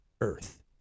Earth